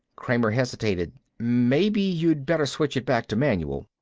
kramer hesitated. maybe you better switch it back to manual.